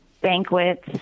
banquets